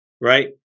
right